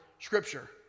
Scripture